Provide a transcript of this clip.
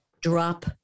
Drop